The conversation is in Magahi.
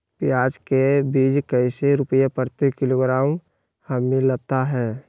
प्याज के बीज कैसे रुपए प्रति किलोग्राम हमिलता हैं?